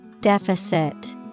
Deficit